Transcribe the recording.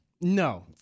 No